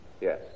yes